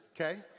Okay